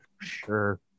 Sure